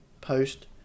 post